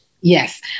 Yes